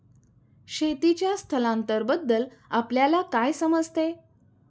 शेतीचे स्थलांतरबद्दल आपल्याला काय समजते?